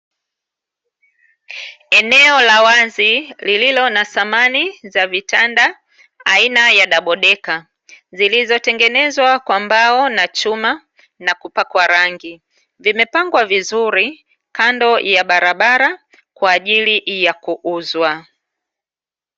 Eneo la wazi lililo na thamani za vitanda aina ya dabodeka, zilizotengenezwa kwa mbao na chuma, na kupakwa rangi, vimepangwa vizuri kando ya barabara kwa ajili ya kuuzwa.